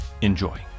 Enjoy